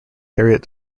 harriet